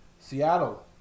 Seattle